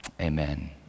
Amen